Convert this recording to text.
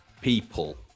people